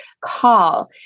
call